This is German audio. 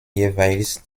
jeweils